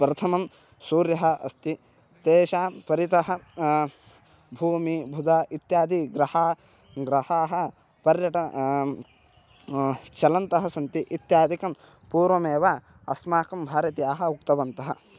प्रथमं सूर्यः अस्ति तेषां परितः भूमिः भुदा इत्यादिग्रहा ग्रहाः पर्यटनं चलन्तः सन्ति इत्यादिकं पूर्वमेव अस्माकं भारतीयः उक्तवन्तः